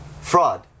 fraud